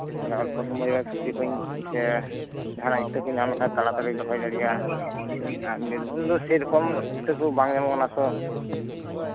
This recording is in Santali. ᱚᱞᱯᱚ ᱥᱚᱢᱚᱭ ᱨᱮ ᱥᱚᱵᱽᱡᱤ ᱠᱚ ᱥᱮ ᱡᱟᱦᱟᱸᱱᱟᱜ ᱤᱛᱟᱹᱠᱚᱧ ᱧᱟᱢ ᱞᱮᱠᱷᱟᱱ ᱛᱟᱲᱟᱛᱟᱲᱤᱧ ᱨᱚᱦᱚᱭ ᱫᱟᱲᱮᱭᱟᱜᱼᱟ ᱟᱨ ᱵᱤᱨᱵᱷᱩᱢ ᱨᱮᱫᱚ ᱥᱮᱹᱨᱚᱠᱚᱢ ᱤᱛᱟᱹ ᱠᱚ ᱵᱟᱝ ᱧᱟᱢᱚᱜ ᱠᱟᱱᱟ ᱛᱚ